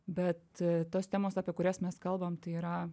bet tos temos apie kurias mes kalbam tai yra